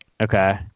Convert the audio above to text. Okay